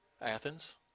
Athens